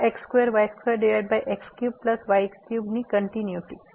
આ x2y2x3y3 ની continuity